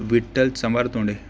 Vitthal Chambhartonde